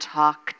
talk